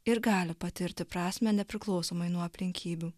ir gali patirti prasmę nepriklausomai nuo aplinkybių